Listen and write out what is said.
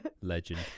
legend